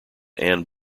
anne